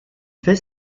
fait